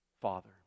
Father